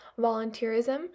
volunteerism